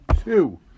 two